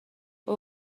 اوه